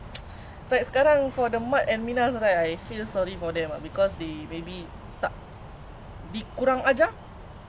honestly I don't even think you are a minah you just look like a normal malay like ya